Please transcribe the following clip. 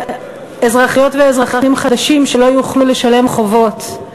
אזרחיות ואזרחים חדשים שלא יוכלו לשלם חובות,